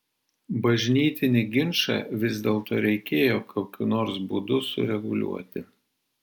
bažnytinį ginčą vis dėlto reikėjo kokiu nors būdu sureguliuoti